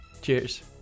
Cheers